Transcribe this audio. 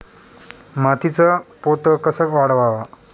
मातीचा पोत कसा वाढवावा?